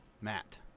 Matt